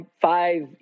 five